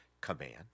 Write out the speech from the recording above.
command